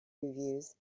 reviews